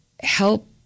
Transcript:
help